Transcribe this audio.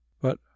But